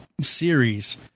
series